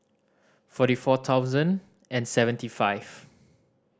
forty four thousand and seventy five